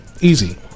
Easy